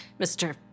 Mr